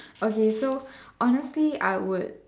okay so honestly I would